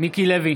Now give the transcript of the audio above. מיקי לוי,